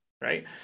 right